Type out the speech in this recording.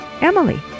Emily